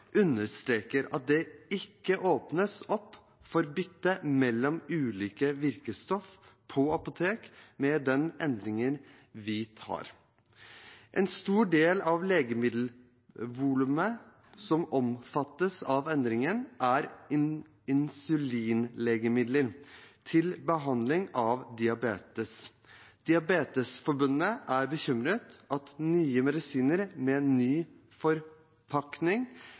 at det ikke åpnes opp for bytte mellom ulike virkestoff på apotek med den endringen vi gjør. En stor del av legemiddelvolumet som omfattes av endringen, er insulinlegemidler til behandling av diabetes. Diabetesforbundet er bekymret for at nye medisiner med ny forpakning